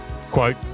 quote